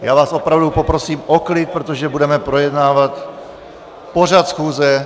Já vás opravdu poprosím o klid, protože budeme projednávat pořad schůze.